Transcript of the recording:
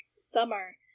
summer